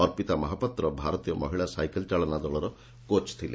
ଅପିତା ମହାପାତ୍ର ଭାରତୀୟ ମହିଳା ସାଇକେଲ୍ ଚାଳନା ଦଳର କୋଚ୍ ଥିଲେ